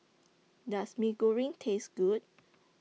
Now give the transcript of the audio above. Does Mee Goreng Taste Good